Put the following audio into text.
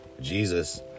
Jesus